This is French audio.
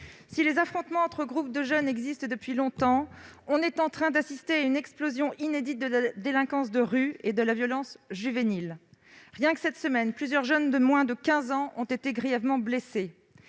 Si les affrontements entre groupes de jeunes existent depuis longtemps, nous sommes en train d'assister à une explosion inédite de la délinquance de rue et de la violence juvénile. Rien que cette semaine, plusieurs jeunes de moins de 15 ans ont été grièvement blessés.